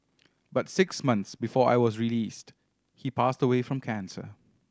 but six months before I was released he passed away from cancer